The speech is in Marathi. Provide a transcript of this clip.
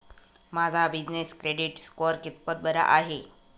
माझा बिजनेस क्रेडिट स्कोअर कितपत बरा आहे?